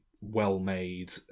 well-made